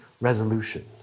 resolution